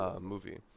movie